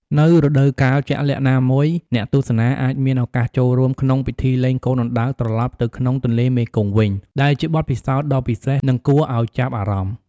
នៅរដូវកាលជាក់លាក់ណាមួយ អ្នកទស្សនាអាចមានឱកាសចូលរួមក្នុងពិធីលែងកូនអណ្ដើកត្រឡប់ទៅក្នុងទន្លេមេគង្គវិញ ដែលជាបទពិសោធន៍ដ៏ពិសេស និងគួរឱ្យចាប់អារម្មណ៍ ។